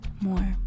more